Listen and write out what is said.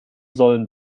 sollen